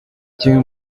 kimwe